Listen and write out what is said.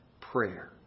prayer